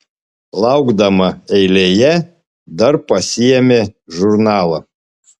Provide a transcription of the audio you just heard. laukdama eilėje dar pasiėmė žurnalą